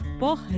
por